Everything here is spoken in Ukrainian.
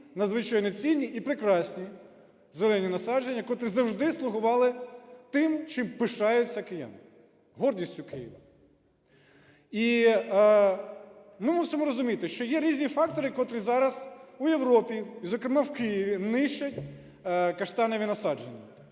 надзвичайно цінні і прекрасні зелені насадження, котрі завжди слугували тим, чим пишаються кияни, – гордістю Києва. І ми мусимо розуміти, що є різні фактори, котрі зараз в Європі, і, зокрема, в Києві, нищать каштанові насадження.